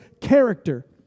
character